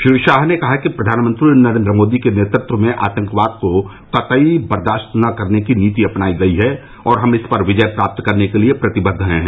श्री शाह ने कहा कि प्रधानमंत्री नरेन्द्र मोदी के नेतृत्व में आतंकवाद को कतई बर्दाश्त न करने की नीति अपनाई गई है और हम इस पर विजय प्राप्त करने के लिए प्रतिबद्ध हैं